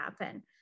happen